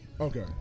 Okay